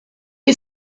est